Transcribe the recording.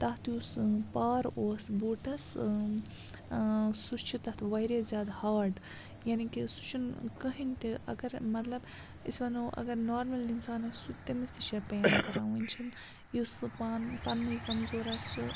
تَتھ یُس پار اوس بوٗٹَس سُہ چھُ تَتھ واریاہ زیادٕ ہاڈ یعنی کہِ سُہ چھُ نہٕ کٕہٕنۍ تہِ اگر مطلب أسۍ وَنو اَگَر نارمَل اِنسان آسہِ سُہ تٔمِس تہِ چھےٚ پیم کَران وٕنہِ چھُنہٕ یُس سُہ پان پنٛنُے کَمزور آسہِ سُہ